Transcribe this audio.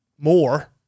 more